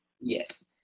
Yes